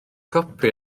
copi